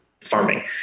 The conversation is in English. farming